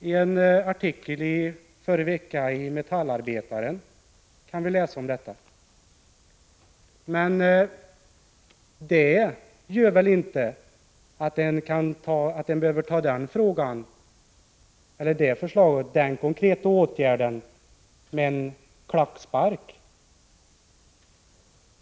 I en artikel i Metallarbetaren i förra veckan kan man läsa om detta. Men därför behöver man väl inte ta förslaget i fråga med en klackspark.